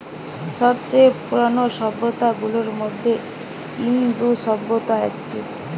সব চেয়ে পুরানো সভ্যতা গুলার মধ্যে ইন্দু সভ্যতা একটি